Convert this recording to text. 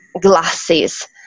glasses